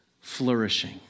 flourishing